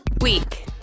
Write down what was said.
Week